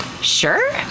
sure